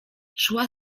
szła